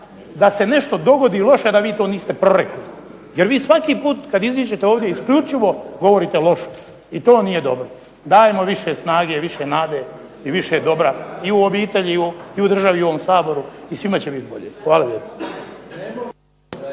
da se nešto dogodi loše da vi to niste prorekli jer vi svaki put kad iziđete ovdje isključivo govorite loše i to nije dobro. Dajmo više snage, više nade i više dobra i u obitelji i u državi i u ovom Saboru i svima će biti bolje. Hvala